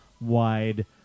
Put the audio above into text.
wide